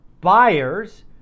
buyers